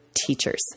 teachers